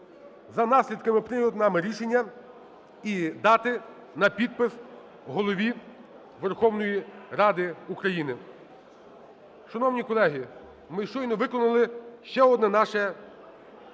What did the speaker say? за наслідками прийнятого нами рішення і дати на підпис Голові Верховної Ради України. Шановні колеги, ми щойно виконали ще одне наше